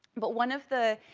but one of the,